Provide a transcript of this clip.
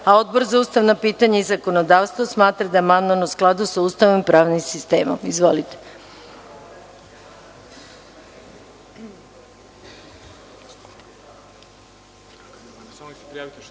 a Odbor za ustavna pitanja i zakonodavstvo smatra da je amandman u skladu sa Ustavom i pravnim sistemom. Izvolite.